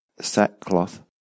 sackcloth